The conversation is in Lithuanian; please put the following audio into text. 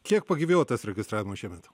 kiek pagyvėjo tas registravimas šiemet